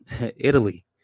Italy